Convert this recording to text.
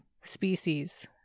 species